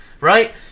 right